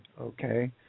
Okay